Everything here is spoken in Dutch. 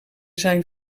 zijn